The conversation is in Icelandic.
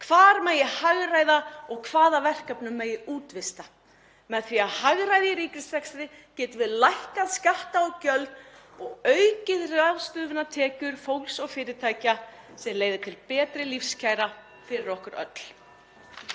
hvar megi hagræða og hvaða verkefnum megi útvista. Með því að hagræða í ríkisrekstri getum við lækkað skatta og gjöld og aukið ráðstöfunartekjur fólks og fyrirtækja sem leiðir til betri lífskjara fyrir okkur öll.